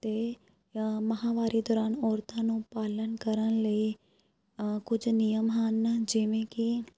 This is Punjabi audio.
ਅਤੇ ਜਾਂ ਮਹਾਂਵਾਰੀ ਦੌਰਾਨ ਔਰਤਾਂ ਨੂੰ ਪਾਲਣ ਕਰਨ ਲਈ ਕੁਝ ਨਿਯਮ ਹਨ ਜਿਵੇਂ ਕਿ